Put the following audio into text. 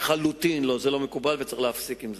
לחלוטין לא מקובל וצריך להפסיק עם זה,